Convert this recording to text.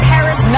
Paris